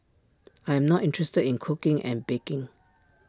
I am not interested in cooking and baking